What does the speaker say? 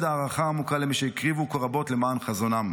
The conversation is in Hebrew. הערכה עמוקה למי שהקריבו רבות למען חזונם.